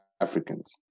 Africans